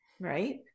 right